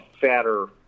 fatter